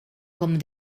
com